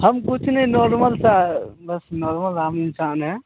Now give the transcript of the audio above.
हम कुछ नहीं नॉर्मल से बस नॉर्मल आम इंसान हैं